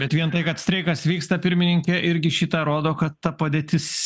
bet vien tai kad streikas vyksta pirmininke irgi šį tą rodo kad ta padėtis